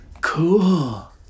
Cool